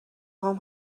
هام